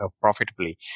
profitably